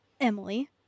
Emily